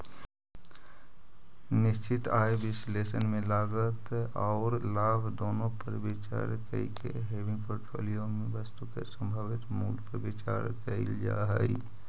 निश्चित आय विश्लेषण में लागत औउर लाभ दुनो पर विचार कईके हेविंग पोर्टफोलिया में वस्तु के संभावित मूल्य पर विचार कईल जा हई